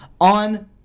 on